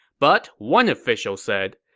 but one official said,